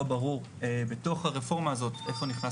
לא ברור בתוך הרפורמה הזאת איפה נכנס